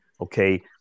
Okay